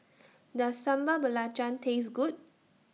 Does Sambal Belacan Taste Good